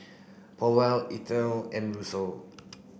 Powell Ethel and